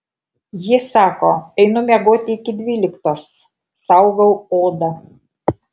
ji sako einu miegoti iki dvyliktos saugau odą